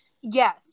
Yes